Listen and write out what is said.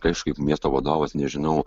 aš kaip miesto vadovas nežinau